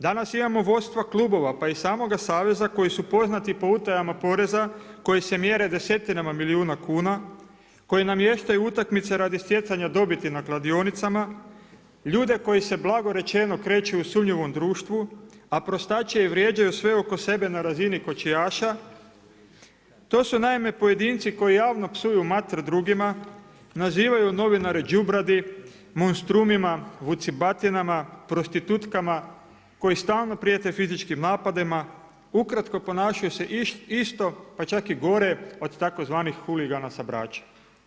Danas imamo vodstva klubova pa i samoga saveza koji su poznati po utajama poreza, koji se mjere desetinama milijuna kuna, koji namještaju utakmice radi stjecanja dobiti na kladionicama, ljude koji se blago rečeno kreću u sumnjivom društvu a prostače i vrijeđaju sve oko sebe na razini kočijaša, to su naime pojedinci koji javno psuju mater drugima, nazivaju novinare đubradi, monstrumima, vucibatinama, prostitutkama koji stalno prijete fizičkim napadima, ukratko ponašaju se isto, pa čak i gore od tzv. huligana sa Brača.